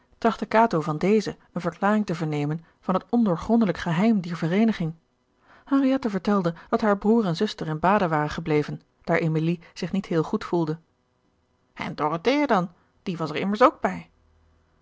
kato van deze eene verklaring te vernemen van het ondoorgrondelijk geheim dier vereeniging henriette vertelde dat haar broer en zuster in baden waren gebleven daar emilie zich niet heel goed voelde en dorothea dan die was er immers ook bij